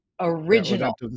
Original